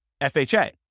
FHA